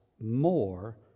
More